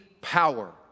power